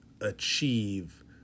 achieve